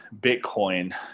Bitcoin